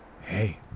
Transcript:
hey